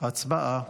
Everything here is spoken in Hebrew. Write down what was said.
הצבעה.